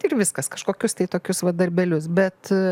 ir viskas kažkokius tai tokius va darbelius bet